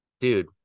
Dude